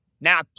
now